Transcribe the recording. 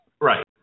Right